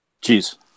cheers